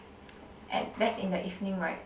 and that's in the evening right